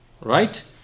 Right